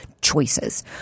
choices